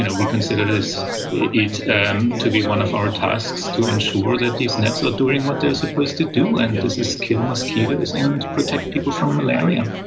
and we consider it um to be one of our tasks to ensure that these nets are doing what they are supposed to do and this is kill mosquitoes and protect people from malaria.